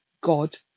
God